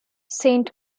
saint